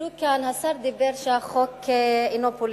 דיברו כאן, השר אמר שהחוק אינו פוליטי,